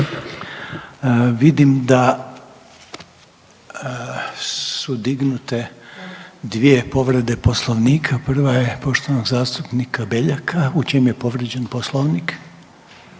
Vidim da su dignute dvije povrede Poslovnika. Prva je poštovanog zastupnika Beljaka. U čem je povrijeđen Poslovnik?